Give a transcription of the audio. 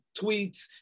tweets